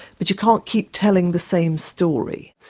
but you can't keep telling the same story.